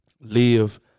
live